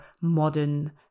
modern